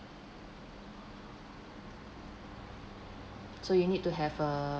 so you need to have uh